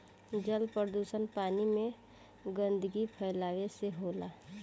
जल प्रदुषण पानी में गन्दगी फैलावला से होला